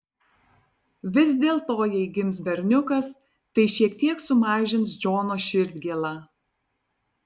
vis dėlto jei gims berniukas tai šiek tiek sumažins džono širdgėlą